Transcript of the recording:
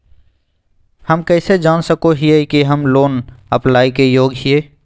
हम कइसे जान सको हियै कि हम लोन अप्लाई के योग्य हियै?